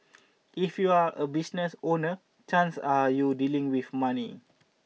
if you're a business owner chances are you dealing with money